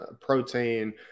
protein